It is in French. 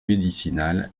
médicinales